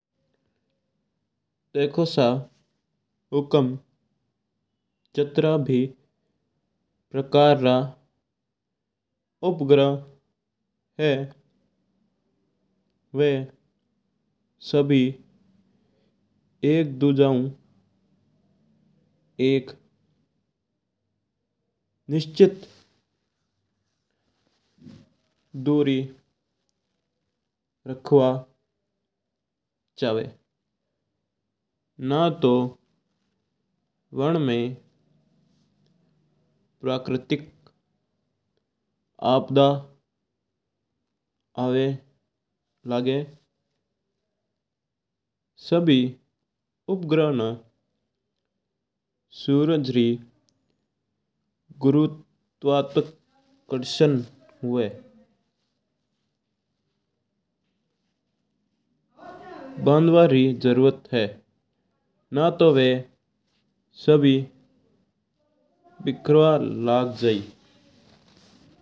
देखो सा हुकम जितरा भी प्रकार का उपग्रह है वा सभी एक दूजा ऊ एक निश्चित दूरो रखवा चावा। ना तू वा वनमा प्राकृतिक आपदा आवा लागे ना सभी उपग्रह ना सूरज री गुरुत्वाकर्षण री जरूरत है। ना तू वा बिकरवा लग जाय।